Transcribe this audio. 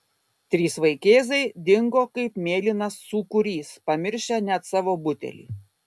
trys vaikėzai dingo kaip mėlynas sūkurys pamiršę net savo butelį